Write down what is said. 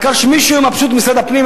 העיקר שמישהו מבסוט במשרד הפנים,